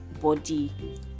body